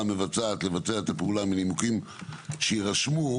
בסעיפים הקטנים (ה) ו-(ו)